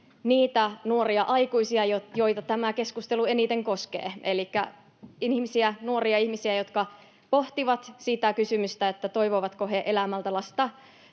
niitä nuoria aikuisia, joita tämä keskustelu eniten koskee, elikkä nuoria ihmisiä, jotka pohtivat sitä kysymystä, että toivovatko he elämältä lasta,